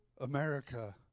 America